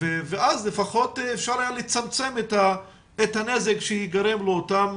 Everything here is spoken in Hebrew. ואז לפחות אפשר היה לצמצם את הנזק שייגרם לאותם